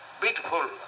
beautiful